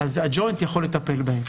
אז הג'וינט יכול לטפל בהם.